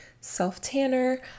self-tanner